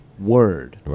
word